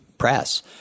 press